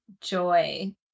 joy